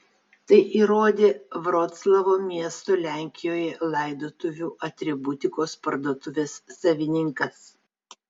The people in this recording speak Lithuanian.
tai įrodė vroclavo miesto lenkijoje laidotuvių atributikos parduotuvės savininkas